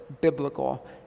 biblical